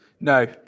No